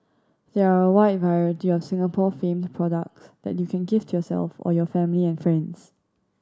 there are a wide variety of Singapore famed products that you can gift your self or your family and friends